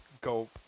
go